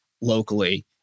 locally